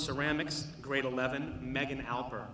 ceramics grade eleven meghan helper